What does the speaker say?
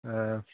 एह